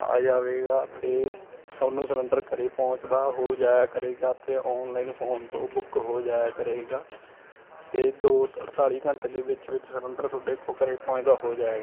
ਆ ਜਾਵੇਗਾ ਅਤੇ ਤੁਹਾਨੂੰ ਸਿਲੰਡਰ ਘਰ ਪਹੁੰਚਦਾ ਹੋ ਜਾਇਆ ਕਰੇਗਾ ਅਤੇ ਆਨਲਾਈਨ ਫੋਨ ਤੋਂ ਬੁੱਕ ਹੋ ਜਾਇਆ ਕਰੇਗਾ ਅਤੇ ਦੋ ਅਠਤਾਲੀ ਘੰਟੇ ਦੇ ਵਿੱਚ ਵਿੱਚ ਸਲੰਡਰ ਤੁਹਾਡੇ ਕੋਲ ਘਰ ਪਹੁੰਚਦਾ ਹੋ ਜਾਏਗਾ